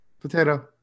Potato